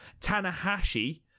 Tanahashi